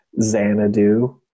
xanadu